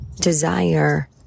desire